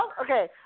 Okay